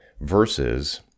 versus